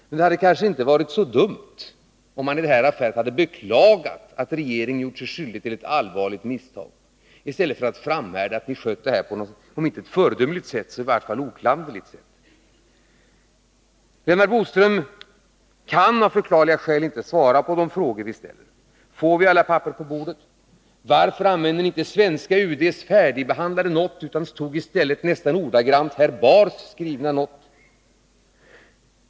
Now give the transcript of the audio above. Men det hade kanske inte varit så dumt, om han i den här affären hade beklagat att regeringen gjort sig skyldig till ett allvarligt misstag, i stället för att framhärda i att den skött detta på ett om icke föredömligt, så i varje fall oklanderligt sätt. Lennart Bodström kan av förklarliga skäl inte svara på de frågor vi ställer: Får vi alla papper på bordet? Varför använde ni inte det svenska UD:s färdigbehandlade not utan tog i stället nästan ordagrant herr Bahrs skrivna not?